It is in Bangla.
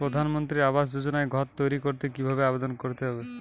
প্রধানমন্ত্রী আবাস যোজনায় ঘর তৈরি করতে কিভাবে আবেদন করতে হবে?